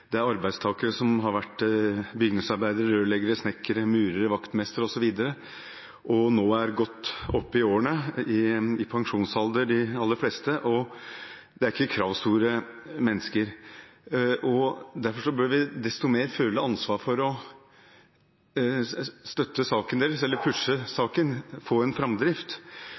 Det er arbeidstakere som har vært bygningsarbeidere, rørleggere, snekkere, murere, vaktmestere osv. og nå er godt opp i årene, de aller fleste i pensjonsalder. Det er ikke kravstore mennesker, derfor bør vi desto mer føle ansvar for å støtte eller pushe saken deres – få en framdrift.